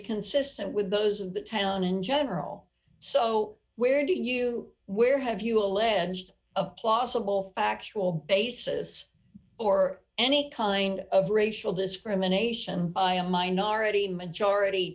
consistent with those of the town in general so where do you where have you alleged a plausible factual basis or any kind of racial discrimination by a minority majority